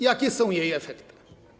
Jakie są jej efekty?